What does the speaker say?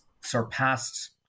surpassed